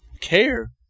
care